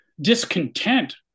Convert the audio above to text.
discontent